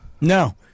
No